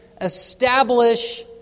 establish